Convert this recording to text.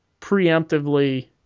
preemptively